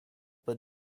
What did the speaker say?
but